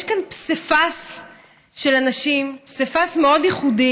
יש כאן פסיפס מאוד ייחודי